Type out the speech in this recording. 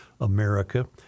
America